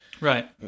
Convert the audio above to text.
right